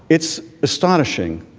it's astonishing